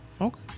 Okay